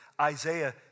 Isaiah